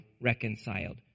reconciled